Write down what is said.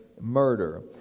murder